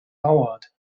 howard